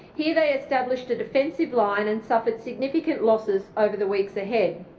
here they established a defensive line and suffered significant losses over the weeks ahead.